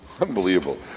Unbelievable